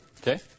Okay